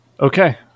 Okay